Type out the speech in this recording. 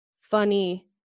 funny